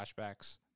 flashbacks